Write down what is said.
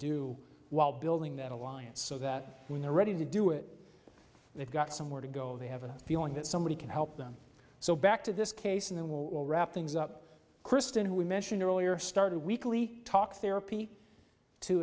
do while building that alliance so that when they're ready to do it they've got somewhere to go they have a feeling that somebody can help them so back to this case and then we'll wrap things up kristin who we mentioned earlier started weekly talk therapy to